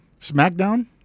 SmackDown